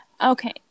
okay